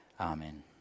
Amen